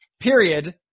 period